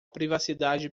privacidade